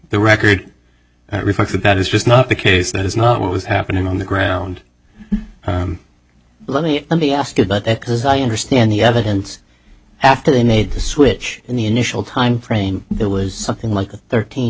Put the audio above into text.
the record reflects that that is just not the case that is not what was happening on the ground let me let me ask you about that because i understand the evidence after they made the switch in the initial time frame there was something like a thirteen